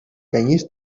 canyís